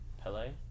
Pele